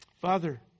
Father